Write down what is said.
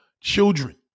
children